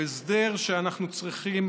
הוא הסדר שאנחנו צריכים